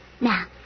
Now